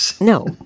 No